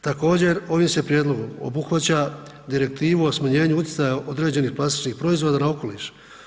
Također, ovim se prijedlogom obuhvaća direktiva o smanjenju utjecaja određenih plastičnih proizvoda na okoliš.